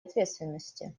ответственности